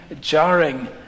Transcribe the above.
jarring